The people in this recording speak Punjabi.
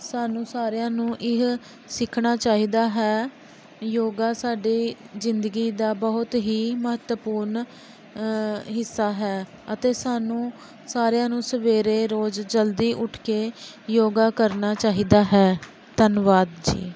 ਸਾਨੂੰ ਸਾਰਿਆਂ ਨੂੰ ਇਹ ਸਿੱਖਣਾ ਚਾਹੀਦਾ ਹੈ ਯੋਗਾ ਸਾਡੀ ਜ਼ਿੰਦਗੀ ਦਾ ਬਹੁਤ ਹੀ ਮਹੱਤਵਪੂਰਨ ਹਿੱਸਾ ਹੈ ਅਤੇ ਸਾਨੂੰ ਸਾਰਿਆਂ ਨੂੰ ਸਵੇਰੇ ਰੋਜ਼ ਜਲਦੀ ਉੱਠ ਕੇ ਯੋਗਾ ਕਰਨਾ ਚਾਹੀਦਾ ਹੈ ਧੰਨਵਾਦ ਜੀ